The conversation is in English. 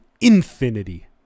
infinity